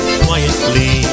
quietly